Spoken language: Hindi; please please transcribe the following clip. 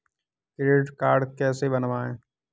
क्रेडिट कार्ड कैसे बनवाएँ?